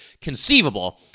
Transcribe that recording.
conceivable